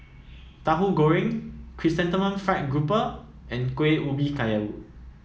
Tahu Goreng Chrysanthemum Fried Grouper and Kuih Ubi Kayu